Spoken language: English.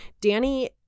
Danny